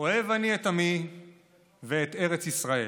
"אוהב אני את עמי ואת ארץ ישראל.